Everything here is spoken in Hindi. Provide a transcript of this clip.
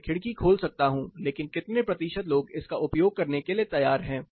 मैं खिड़की खोल सकता हूं लेकिन कितने प्रतिशत लोग इसका उपयोग करने के लिए तैयार हैं